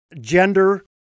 gender